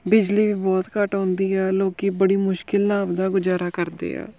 ਬਿਜਲੀ ਵੀ ਬਹੁਤ ਘੱਟ ਆਉਂਦੀ ਆ ਲੋਕ ਬੜੀ ਮੁਸ਼ਕਿਲ ਨਾਲ ਆਪਣਾ ਗੁਜ਼ਾਰਾ ਕਰਦੇ ਆ